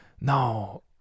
No